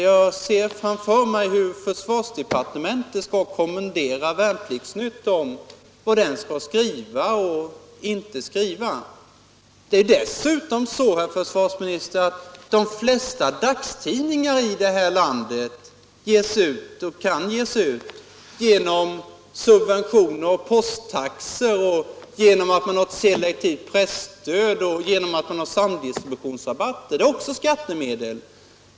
Jag ser framför mig hur försvarsdepartementet skall kommendera vad Värnplikts-Nytt skall skriva och inte skriva. Det är dessutom så, herr försvarsminister, att de flesta dagstidningar i det här landet ges ut och kan ges ut genom subventioner av posttaxor, genom ett selektivt presstöd och genom samdistributionsrabatter. Detta betalas också av skattemedel.